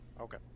okay